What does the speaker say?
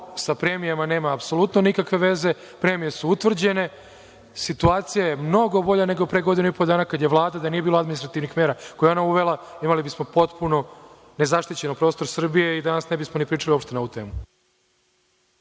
sa premijama nema apsolutno nikakve veze. Premije su utvrđene. Situacija je mnogo bolja nego pre godinu i po dana kada je Vlada, da nije bilo administrativnih mera, koje je ona uvela, imali bismo potpuno nezaštićeni prostor Srbije i danas ne bismo pričali uopšte na ovu temu.